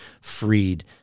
freed